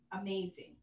amazing